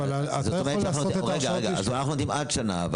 זה עד שנה.